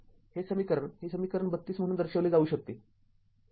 हे समीकरण हे समीकरण ३२ म्हणून दर्शविले जाऊ शकते